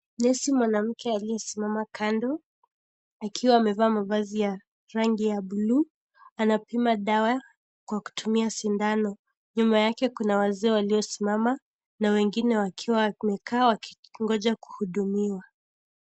Nesi mwanamke aliyesimama kando akiwa amevaa mavazi ya rangi ya blue anapima dawa kwa kutumia sindano. Nyuma yake kuna wazee walio simama na wengine wakiwa wamekaa wakingoja kuhudumiwa.